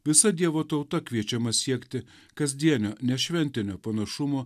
visa dievo tauta kviečiama siekti kasdienio nešventinio panašumo